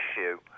issue